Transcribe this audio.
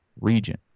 region